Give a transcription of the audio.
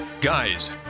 Guys